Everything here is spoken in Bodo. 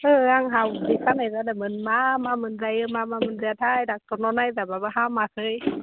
ओ आंहा उदै सानाय जादोंमोन मा मा मोनजायो मा मा मोनजाया थाय ड'क्टरनाव नायजाब्लाबो हामाखै